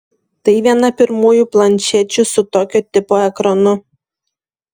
tai viena pirmųjų planšečių su tokio tipo ekranu